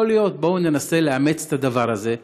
יכול להיות, בואו ננסה לאמץ את הדבר הזה.